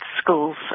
schools